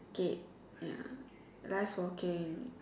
skate ya less walking